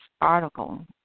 article